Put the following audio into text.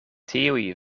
tiuj